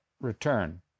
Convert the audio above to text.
return